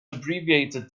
abbreviated